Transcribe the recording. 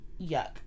yuck